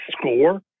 score